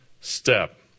step